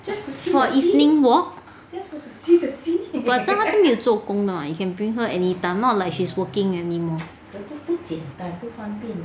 for evening walk but 反正她都没有做工了吗 you can bring her anytime is not like she is working anymore